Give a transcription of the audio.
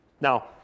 Now